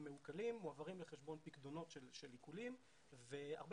הם מעוקלים ומועברים לחשבון פיקדונות של עיקולים והרבה